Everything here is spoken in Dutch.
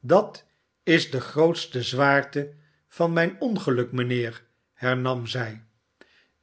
dat is de grootste zwaarte van mijn ongeluk mijnheer hernam zij